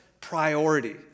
priority